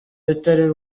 bitari